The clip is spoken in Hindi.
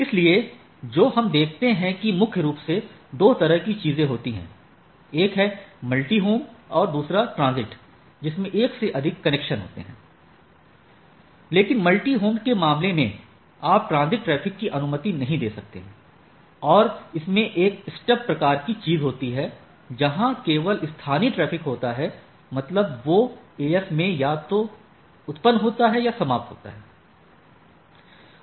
इसलिए जो हम देखते हैं कि मुख्य रूप से दो तरह की चीजें होती हैं एक है मल्टी होम और दूसरा ट्रांजिट जिसमे एक से अधिक कनेक्शन होते हैं लेकिन मल्टी होमेड के मामले में आप ट्रांजिट ट्रैफिक की अनुमति नहीं दे सकते हैं और इसमें एक स्टब प्रकार की चीज होती है जहां केवल स्थानीय ट्रैफ़िक होता है मतलब वो AS में या तो यह उत्पन्न होता है या समाप्त होता है